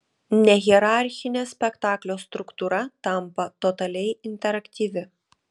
nehierarchinė spektaklio struktūra tampa totaliai interaktyvi